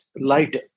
lighter